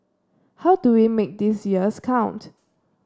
how do we make these years count